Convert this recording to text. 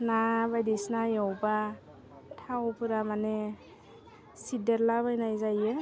ना बायदिसिना एवबा थावफोरा माने सिरदावला बायनाय जायो